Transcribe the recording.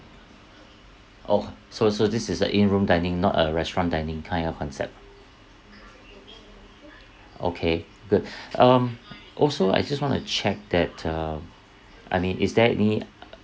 oh so so this is a in room dining not a restaurant dining kind of concept okay good um also I just want to check that uh I mean is there any err